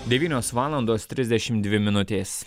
devynios valandos trisdešimt dvi minutės